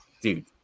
dude